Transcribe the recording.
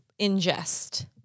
ingest